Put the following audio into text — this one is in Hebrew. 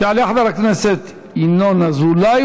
יעלה חבר הכנסת ינון אזולאי,